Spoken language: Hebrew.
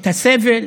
את הסבל,